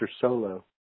Solo